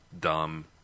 dumb